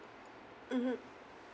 mmhmm